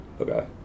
Okay